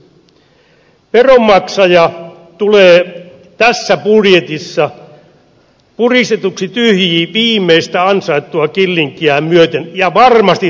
veronmaksaja tulee tässä budjetissa puristetuksi tyhjiin viimeistä ansaittua killinkiä myöten ja varmasti tasaveroin